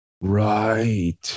Right